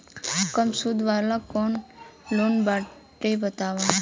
कम सूद वाला कौन लोन बाटे बताव?